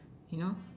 you know